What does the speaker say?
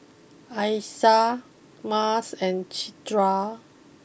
Aisyah Mas and Citra